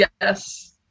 Yes